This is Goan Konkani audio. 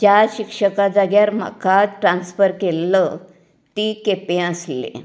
ज्या शिक्षका जाग्यार म्हाका ट्रान्सफर केल्लो ती केप्यां आसली